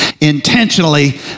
intentionally